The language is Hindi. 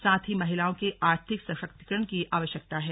साथ ही महिलाओं के आर्थिक सशक्तिकरण की आवश्यकता हैं